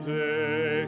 day